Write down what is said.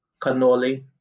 Cannoli